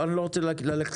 אני לא רוצה לפוליטיקה.